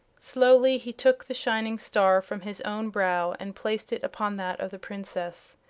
slowly he took the shining star from his own brow and placed it upon that of the princess.